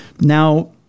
Now